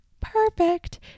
Perfect